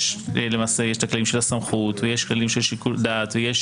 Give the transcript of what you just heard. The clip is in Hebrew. יש למעשה את הכללים של הסמכות ויש כללים של שיקול דעת ויש